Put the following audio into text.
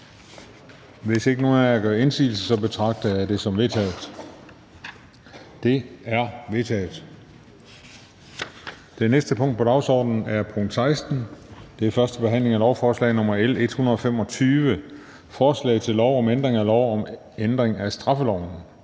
Hvis ikke nogen gør indsigelse, betragter jeg det som vedtaget. Det er vedtaget. --- Det næste punkt på dagsordenen er: 16) 1. behandling af lovforslag nr. L 125: Forslag til lov om ændring af lov om ændring af straffeloven.